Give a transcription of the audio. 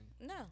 No